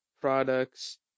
products